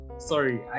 Sorry